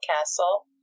Castle